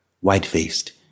White-faced